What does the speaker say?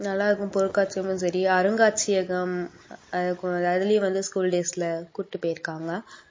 நல்லாயிருக்கும் பொருட்காட்சியும் சரி அருங்காட்சியகம் அது அதுலேயும் வந்து ஸ்கூல் டேஸில் கூப்பிட்டு போய்ருக்காங்க